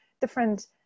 different